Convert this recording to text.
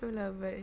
no lah but